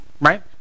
right